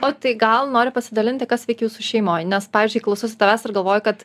o tai gal nori pasidalinti kas veikia jūsų šeimoj nes pavyzdžiui klausausi tavęs ir galvoju kad